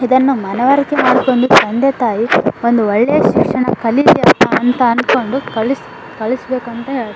ಇದನ್ನು ಮನವರಿಕೆ ಮಾಡ್ಕೊಂಡು ತಂದೆ ತಾಯಿ ಒಂದು ಒಳ್ಳೆಯ ಶಿಕ್ಷಣ ಕಲಿಯಲಿಯಪ್ಪ ಅಂತ ಅಂದ್ಕೊಂಡು ಕಳಿಸ್ ಕಳಿಸಬೇಕಂತ ಹೇಳ್ತಾರೆ